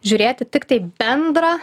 žiūrėti tiktai bendrą